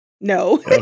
No